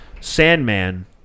Sandman